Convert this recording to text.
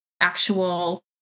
actual